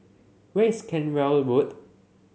where is Cranwell Road